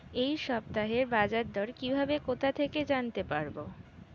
এই সপ্তাহের বাজারদর কিভাবে কোথা থেকে জানতে পারবো?